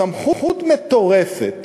סמכות מטורפת